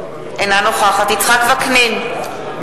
אינה נוכחת יצחק וקנין,